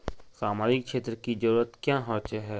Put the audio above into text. सामाजिक क्षेत्र की जरूरत क्याँ होय है?